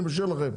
אני משאיר לכם.